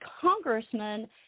congressman